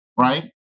right